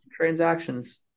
transactions